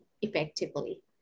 effectively